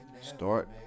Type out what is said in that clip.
start